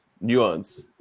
nuance